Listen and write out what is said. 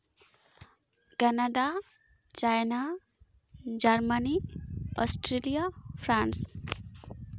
Canada China Germany Australia France